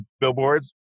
billboards